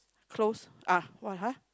clothes uh why !huh!